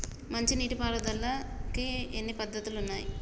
మంచి నీటి పారుదలకి ఎన్ని పద్దతులు ఉన్నాయి?